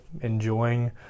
enjoying